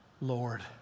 lord